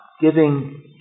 giving